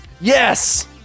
Yes